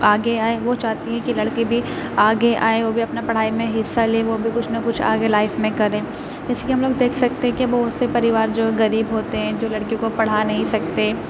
آگے آئیں وہ چاہتی ہیں کہ لڑکی بھی آگے آئے وہ بھی اپنا پڑھائی میں حصہ لے وہ بھی کچھ نہ کچھ آگے لائف میں کرے اس لیے ہم لوگ دیکھ سکتے ہیں کہ بہت سے پریوار جو غریب ہوتے ہیں جو لڑکیوں کو پڑھا نہیں سکتے